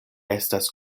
estas